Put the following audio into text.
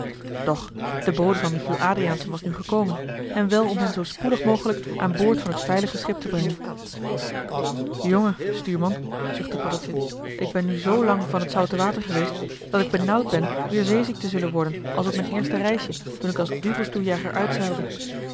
doch de bode van michiel adriaensen was nu gekomen en wel om hen zoo spoedig mogelijk aan boord van het veilige schip te brengen jongen stuurman zuchtte paddeltje ik ben nu zoo lang van t zoute water geweest dat ik benauwd ben weer zeeziek te zullen worden als op m'n eerste reisje toen ik als duvelstoejager uitzeilde